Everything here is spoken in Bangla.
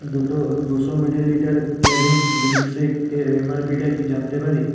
দুটো দুশো মিলিলিটার কেভিন্স মিল্কশেক এর এমআরপিটা কি জানতে পারি